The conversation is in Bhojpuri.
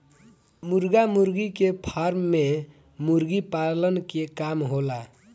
मुर्गा मुर्गी के फार्म में मुर्गी पालन के काम होला